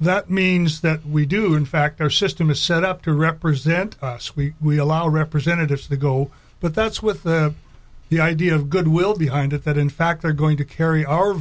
that means that we do in fact our system is set up to represent us we we allow representatives to go but that's with the idea of goodwill behind it that in fact we're going to carry our